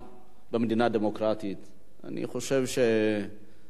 אני חושב שחירות האדם,